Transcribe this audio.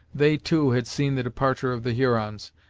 they, too, had seen the departure of the hurons,